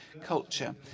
culture